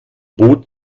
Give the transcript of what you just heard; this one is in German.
bot